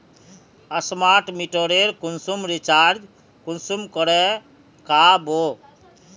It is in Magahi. स्मार्ट मीटरेर कुंसम रिचार्ज कुंसम करे का बो?